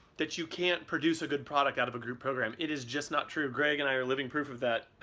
that you can't produce a good product out of a group program. it is just not true. greg and i are living proof of that.